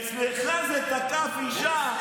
אצלכם זה תקף אישה.